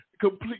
complete